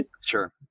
Sure